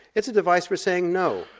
it's a device for saying no,